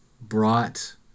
brought